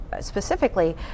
specifically